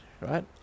right